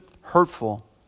hurtful